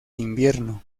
invierno